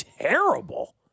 terrible